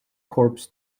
corps